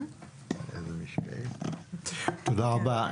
תודה רבה.